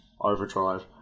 overdrive